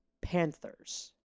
Panthers